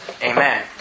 Amen